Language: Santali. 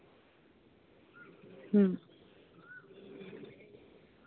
ᱦᱩᱸ